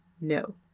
No